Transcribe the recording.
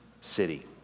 city